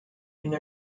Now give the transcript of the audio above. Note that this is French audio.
une